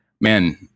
man